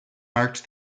marked